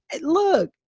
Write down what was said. Look